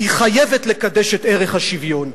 היא חייבת לקדש את ערך השוויון.